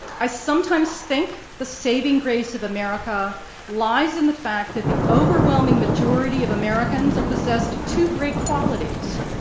i sometimes think the saving grace of america lies in the fact that the overwhelming majority of americans are possessed of two great qualities,